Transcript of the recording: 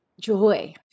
joy